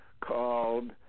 called